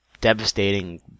devastating